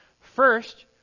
First